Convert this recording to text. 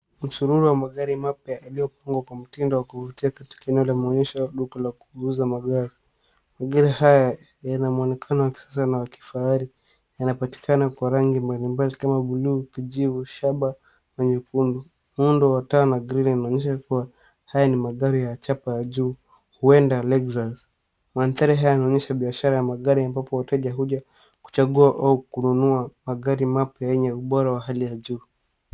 Msururo wa magari mapya yaliyopangwa kwa mtindo wa kuvutia katika eneo la maonyesho ya duka ya kuuza magari. Magari haya yana mwonekano wa kisasa na ya kifahari. Yanapatikana kwa rangi mbalimbali kama buluu, kijivu, shaba na nyekundu. Muundo wa taa na grili inaonyesha kuwa haya ni magari ya chapa ya juu, huenda lexus. Mandhari haya yanaonyesha biashara ya magari ambapo wateja huja kuchagua au kununua magari mapya yenye ubora wa hali ya juu.